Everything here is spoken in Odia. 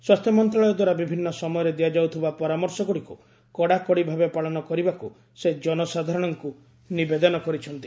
ସ୍ୱାସ୍ଥ୍ୟ ମନ୍ତ୍ରଣାଳୟ ଦ୍ୱାରା ବିଭିନ୍ନ ସମୟରେ ଦିଆଯାଉଥିବା ପରାମର୍ଶଗୁଡ଼ିକୁ କଡାକଡି ଭାବେ ପାଳନ କରିବାକୁ ସେ ଜନସାଧାରଣଙ୍କୁ ନିବେଦନ କରିଛନ୍ତି